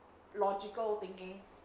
logical thinking